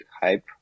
Hype